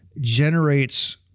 generates